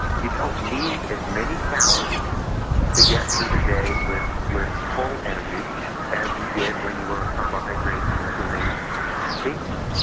you don't need as many calories to get through the day with with full energy as you did when you were a carbohydrate-consuming beast.